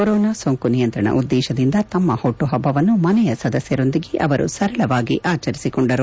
corona ಸೋಂಕು ನಿಯಂತ್ರಣ ಉದ್ದೇಶದಿಂದ ತಮ್ಮ ಹುಟ್ಟುಹಬ್ಬವನ್ನು ಮನೆಯ ಸದಸ್ದರೊಂದಿಗೆ ಅವರು ಸರಳವಾಗಿ ಆಚರಿಸಿಕೊಂಡರು